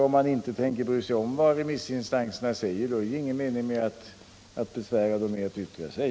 Om man inte tänker bry sig om vad remissinstanserna säger är det ingen mening med att besvära dem och be dem yttra sig.